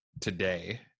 today